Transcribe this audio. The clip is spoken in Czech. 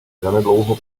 zanedlouho